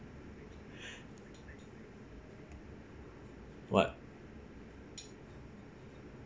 what